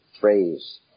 phrase